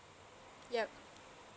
yup